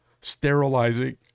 sterilizing